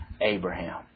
Abraham